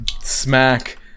Smack